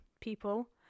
People